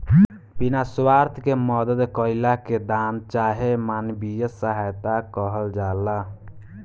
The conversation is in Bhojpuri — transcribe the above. बिना स्वार्थ के मदद कईला के दान चाहे मानवीय सहायता कहल जाला